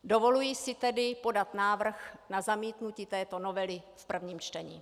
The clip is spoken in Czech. Dovoluji si tedy podat návrh na zamítnutí této novely v prvním čtení.